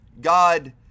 God